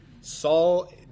Saul